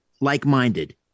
like-minded